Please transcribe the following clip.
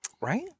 Right